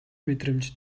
мэдрэмж